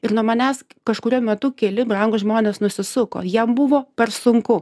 ir nuo manęs kažkuriuo metu keli brangūs žmonės nusisuko jiem buvo per sunku